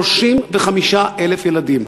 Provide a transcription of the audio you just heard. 35,000 ילדים.